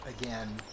again